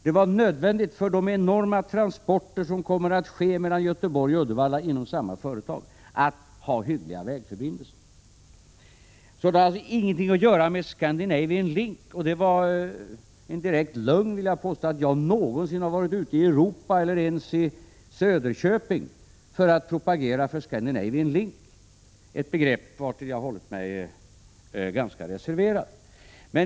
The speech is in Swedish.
Det är nödvändigt med hyggliga vägförbindelser med tanke på de enorma transporter inom samma företag som kommer att ske mellan Göteborg och Uddevalla. Det har ingenting att göra med Scandinavian Link. Det var en direkt lögn att jag någonsin skulle ha varit ute i Europa eller ens i Söderköping för att propagera för Scandinavian Link, ett begrepp som jag hållit mig ganska reserverad till.